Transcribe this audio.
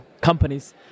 companies